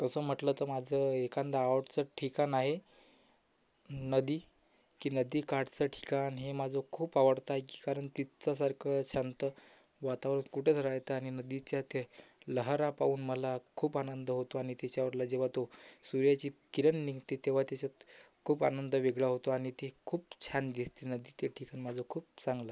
तसं म्हटलं तर माझं एखादं आवडतं ठिकाण आहे नदी की नदीकाठचं ठिकाण हे माझं खूप आवडतं आहे कारण तिथल्यासारखं शांत वातावरण कुठेच राहतं आणि नदीच्या त्या लहरी पाहून मला खूप आनंद होतो आणि तिच्यावरलं जेव्हा तो सूर्याची किरण निघते तेव्हा तेसत खूप आनंद वेगळा होतो आणि ते खूप छान दिसते नदी ते ठिकाण माझं खूप चांगलं आहे